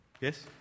Yes